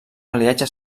aliatge